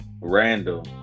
Randall